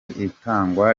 itangwa